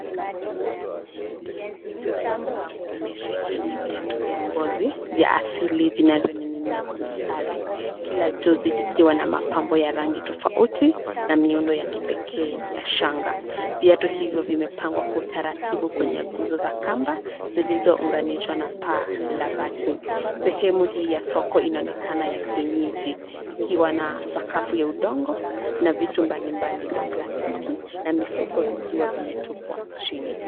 Meza ya mbao imesheheni viatu vya ngozi vya asili vinavyoning'inia kwa mistari, kila jozi likiwa na mapambo ya rangi tofauti na miundo ya kipekee ya shanga. Viatu hivyo vimepangwa kwa utaratibu kwenye nguzo za kamba zilizounganishwa na paa la bati. Sehemu hii ya soko inaonekana ya kienyeji, ikiwa na sakafu ya udongo na vitu mbali mbali vya plastiki na mifuko vikiwa vimetupwa chini.